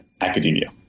academia